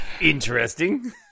Interesting